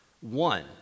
one